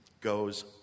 goes